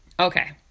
Okay